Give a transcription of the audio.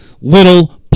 little